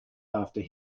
after